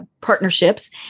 partnerships